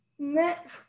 next